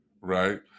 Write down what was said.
right